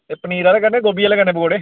अ पनीर आह्ले करने गोभी आह्ले करने पकौड़े